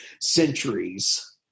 centuries